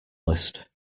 list